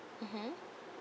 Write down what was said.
mmhmm